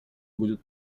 будет